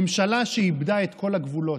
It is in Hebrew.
ממשלה שאיבדה את כל הגבולות.